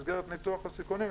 במסגרת ניתוח הסיכונים,